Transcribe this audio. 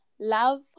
love